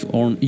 on